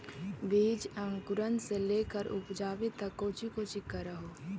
बीज अंकुरण से लेकर उपजाबे तक कौची कौची कर हो?